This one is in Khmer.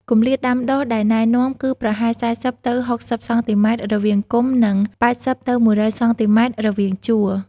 គម្លាតដាំដុះដែលណែនាំគឺប្រហែល ៤០ ទៅ ៦០ សង់ទីម៉ែត្រ រវាងគុម្ព និង ៨០ ទៅ ១០០ សង់ទីម៉ែត្រ រវាងជួរ។